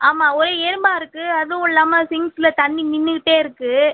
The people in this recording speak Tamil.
ஆமாம் ஒரே எறும்பாக இருக்கு அதுவும் இல்லாமல் சிங்க்கில தண்ணி நின்றுக்கிட்டே இருக்கு